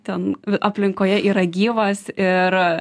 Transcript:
ten aplinkoje yra gyvos ir